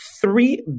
three